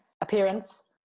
appearance